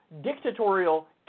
dictatorial